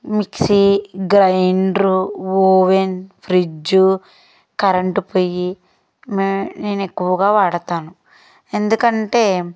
mixie grinder oven fridge current పొయ్యి మే నేను ఎక్కువగా వాడుతాను ఎందుకంటే